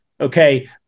Okay